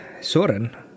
Soren